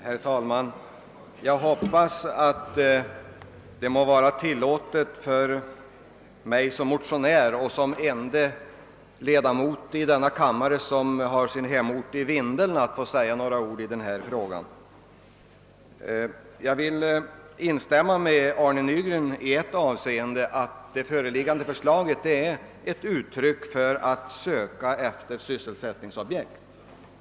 Herr talman! Jag hoppas att det må vara tillåtet för mig som motionär och som ende ledamot i denna kammare med hemvist i Vindeln att säga några ord i denna fråga. Jag vill instämma med herr Nygren i ett avseende, nämligen att det föreliggande förslaget är ett uttryck för att man söker efter sysselsättningsobjekt i Vindelådalen.